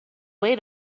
way